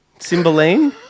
Cymbeline